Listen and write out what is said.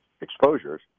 exposures